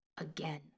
again